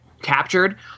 captured